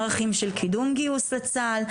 ערכים של קידום גיוס לצה"ל.